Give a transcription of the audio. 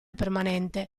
permanente